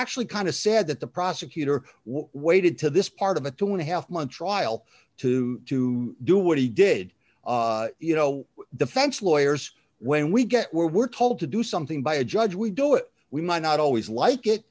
actually kind of sad that the prosecutor waited to this part of a two and a half month trial to to do what he did you know defense lawyers when we get we're told to do something by a judge we do it we might not always like it